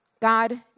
God